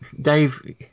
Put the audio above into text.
dave